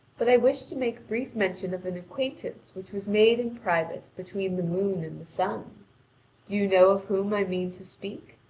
but i wish to make brief mention of an acquaintance which was made in private between the moon and the sun. do you know of whom i mean to speak?